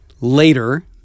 later